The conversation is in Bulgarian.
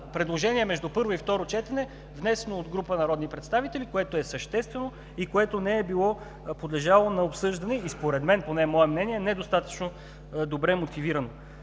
предложение между първо и второ четене, внесено от група народни представители, което е съществено и което не е било подлежало на обсъждане, и според мен, поне мое мнение, недостатъчно добре мотивирано.